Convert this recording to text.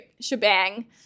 shebang